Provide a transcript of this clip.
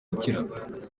gukira